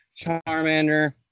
Charmander